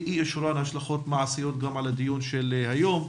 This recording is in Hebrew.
לאי אושרן יש גם השלכות מעשיות על הדיון של היום.